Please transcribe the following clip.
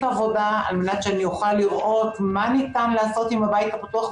עבודה על מנת שאני אוכל לראות מה ניתן לעשות עם הבית הפתוח,